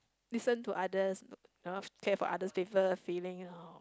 listen to others uh care for others people's feelings